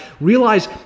realize